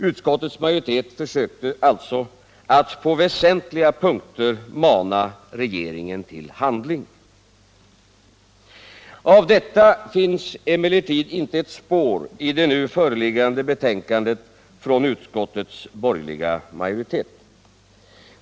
Utskottets majoritet försökte alltså att på väsentliga punkter mana regeringen till handling. Av detta finns emellertid inte ett spår i det nu föreliggande betänkandet från utskottets borgerliga majoritet.